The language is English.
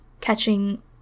catching